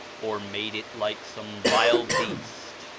or made it like some vile beast,